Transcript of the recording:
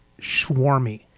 swarmy